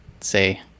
say